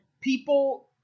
people